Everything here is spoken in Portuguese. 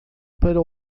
para